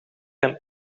een